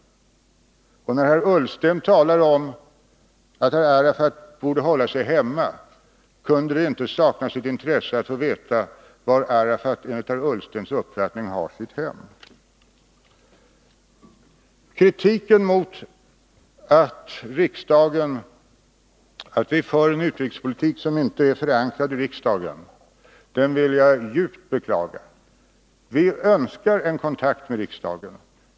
När herr Ullsten talar om att Arafat borde hålla sig hemma, kunde det inte sakna sitt intresse att få veta var Arafat enligt herr Ullstens uppfattning har sitt hem. Kritiken mot att vi för en utrikespolitik som inte är förankrad i riksdagen vill jag djupt beklaga. Vi önskar en kontakt med riksdagen.